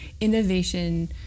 innovation